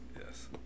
yes